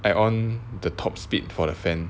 I on the top speed for the fan